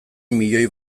miloi